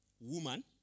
Woman